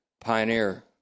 pioneer